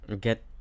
get